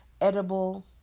edible